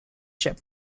ship